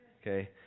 Okay